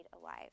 alive